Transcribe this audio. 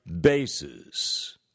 bases